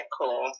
cool